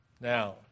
Now